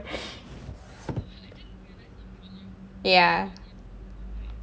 ya